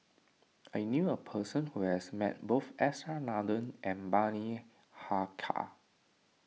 I knew a person who has met both S R Nathan and Bani Haykal